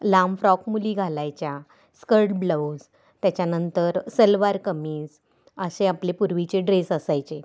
लांब फ्रॉक मुली घालायच्या स्कर्ट ब्लाऊज त्याच्यानंतर सलवार कमीज असे आपले पूर्वीचे ड्रेस असायचे